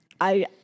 I-